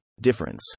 Difference